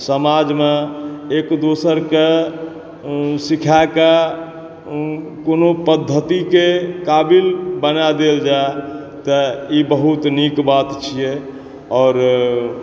समाजमे एकदोसर के सिखाके कोनो पद्धतिके काबिल बना देल जाय तऽ ई बहुत नीक बात छियै आओर